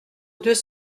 deux